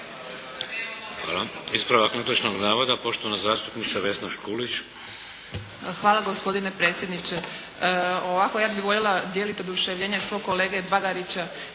Hvala. Ispravak netočnog navoda, poštovana zastupnica Vesna Škulić. **Škulić, Vesna (SDP)** Hvala gospodine predsjedniče. Ovako, ja bih voljela dijeliti oduševljenje svog kolege Bagarića